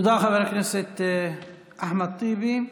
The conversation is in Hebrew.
תודה, חבר הכנסת אחמד טיבי.